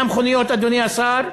מהמכוניות, אדוני השר,